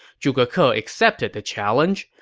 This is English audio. zhuge ke ah accepted the challenge.